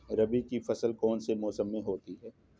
रबी की फसल कौन से मौसम में होती है?